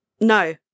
no